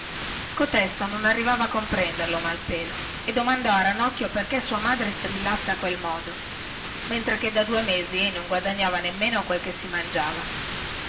cotesto non arrivava a comprenderlo malpelo e domandò a ranocchio perchè sua madre strillasse a quel modo mentre che da due mesi ei non guadagnava nemmeno quel che si mangiava